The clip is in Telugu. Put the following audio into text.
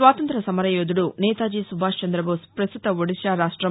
స్వాతంత్ర్య సమరయోధుడు నేతాజి సుభాష్ చంద్రబోస్ ప్రస్తుత ఒడిషా రాష్టం